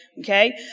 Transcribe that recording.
Okay